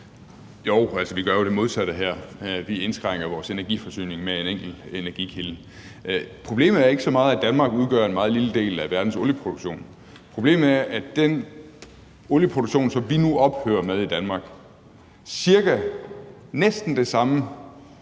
(LA): Vi gør jo det modsatte her; vi indskrænker vores energiforsyning med en enkelt energikilde. Problemet er ikke så meget, at Danmark udgør en meget lille del af verdens olieproduktion. Problemet er, at olieproduktionen i andre lande stiger med næsten samme